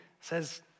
says